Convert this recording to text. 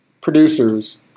producers